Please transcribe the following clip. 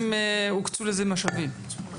האם הוקצו לזה משאבים?